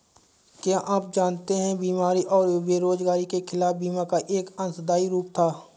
क्या आप जानते है बीमारी और बेरोजगारी के खिलाफ बीमा का एक अंशदायी रूप था?